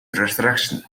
resurrection